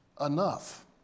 enough